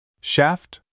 Shaft